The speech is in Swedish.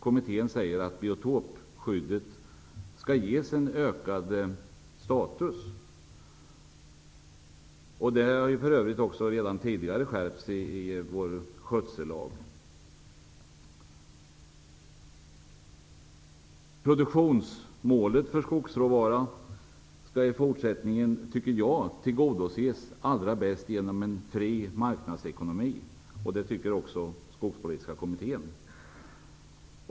Kommittén säger att biotopskyddet skall ges en ökad status, vilket för övrigt också tidigare betonats i vår skötsellag. Jag anser att produktionsmålet när det gäller skogsråvara i fortsättningen allra bäst kan tillgodoses genom en fri marknadsekonomi, och det anser också skogspolitiska kommittén.